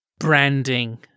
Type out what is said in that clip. Branding